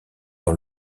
dans